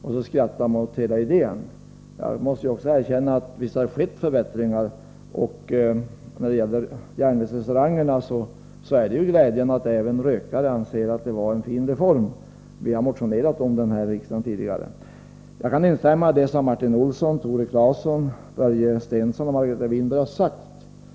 Och så skrattade man åt hela idén. Jag måste erkänna att visst har det skett förbättringar. Marknadsföring av När det gäller järnvägsrestaurangerna är det glädjande att även rökare föbak ocköl anser att det var en fin reform — vi har motionerat om den här i riksdagen tidigare. Jag kan instämma i det som Martin Olsson, Tore Claeson, Börje Stensson och Margareta Winberg har sagt.